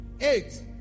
Eight